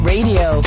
Radio